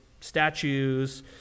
statues